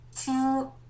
two